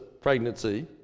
pregnancy